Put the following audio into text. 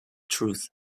truth